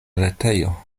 retejo